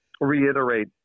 reiterate